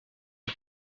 les